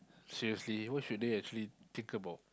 seriously what should they actually think about